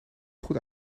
goed